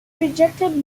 rejected